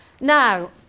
Now